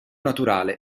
naturale